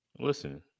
Listen